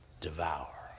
devour